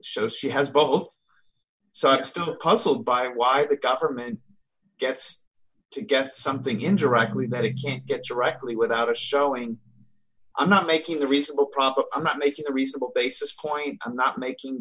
so she has both sides to the puzzle by why the government gets to get something interact we better get directly without a showing i'm not making the reasonable problem not making a reasonable basis point i'm not making